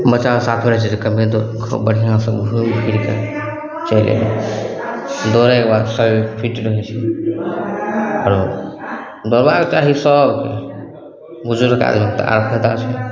बच्चा साथमे रहय छै से कमे दूर खूब बढ़िआँसँ घुमि फिरिके चलि एलहुँ दौड़यके बाद शरीर फिट रहय छै आरो दौड़बाक चाही सभ बुजुर्गोके तऽ आब पता छै